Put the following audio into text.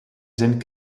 zin